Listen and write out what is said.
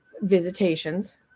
visitations